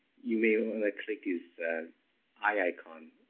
you may wanna click this eye icon.